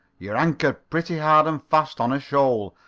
you're anchored pretty hard and fast on a shoal,